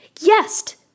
Yes